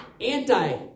Anti-